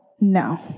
No